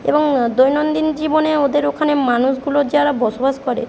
এবং দৈনন্দিন জীবনে ওদের ওখানে মানুষগুলো যারা বসবাস করে